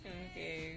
okay